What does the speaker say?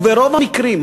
וברוב המקרים,